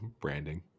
branding